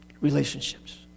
relationships